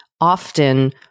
often